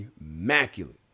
immaculate